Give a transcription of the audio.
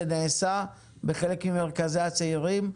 זה נעשה בחלק ממרכזי הצעירים,